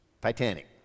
Titanic